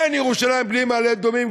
אין ירושלים בלי מעלה-אדומים,